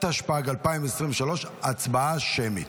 התשפ"ג 2023. הצבעה שמית,